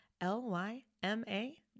L-Y-M-A